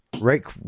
Rick